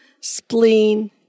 spleen